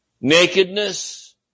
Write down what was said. Nakedness